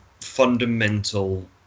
fundamental